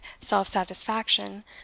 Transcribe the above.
self-satisfaction